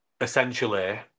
essentially